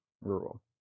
Rural